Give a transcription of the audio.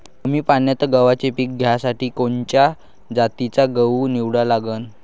कमी पान्यात गव्हाचं पीक घ्यासाठी कोनच्या जातीचा गहू निवडा लागन?